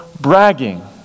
bragging